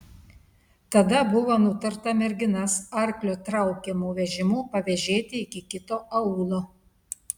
tada buvo nutarta merginas arklio traukiamu vežimu pavėžėti iki kito aūlo